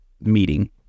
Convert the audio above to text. meeting